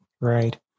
Right